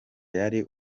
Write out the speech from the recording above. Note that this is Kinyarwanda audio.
yari